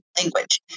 language